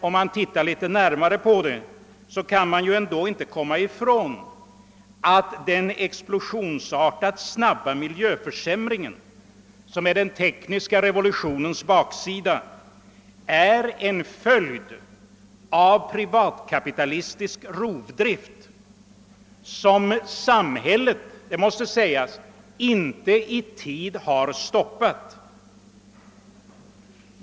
Om man ser litet närmare på saken, kan man ändå inte komma ifrån att den explosionsartat snabba miljöförsämringen, som är den tekniska revolutionens baksida, är en följd av privatkapitalistisk rovdrift, som samhället — det måste sägas — inte i tid har stoppat.